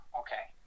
okay